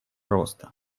роста